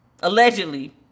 allegedly